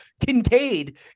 Kincaid